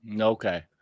Okay